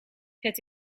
het